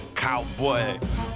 cowboy